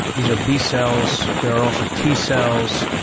these are b-cells. there are also t-cells.